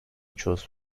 choose